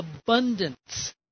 abundance